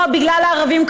או בגלל הערבים,